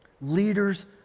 leaders